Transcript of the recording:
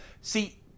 See